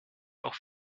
auch